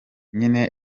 nyine